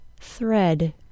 thread